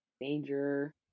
danger